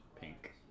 pink